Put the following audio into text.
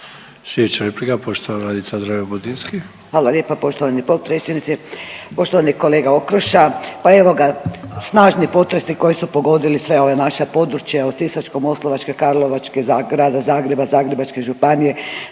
**Dreven Budinski, Nadica (HDZ)** Hvala lijepa poštovani potpredsjedniče. Poštovani kolega Okroša, pa evo ga snažni potresi koji su pogodili sva ova naša područja od Sisačko-moslavačke, karlovačke, grada Zagreba, Zagrebačke županije